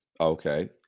Okay